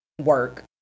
work